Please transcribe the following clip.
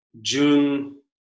June